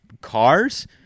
cars